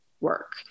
work